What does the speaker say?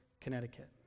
Connecticut